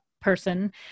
person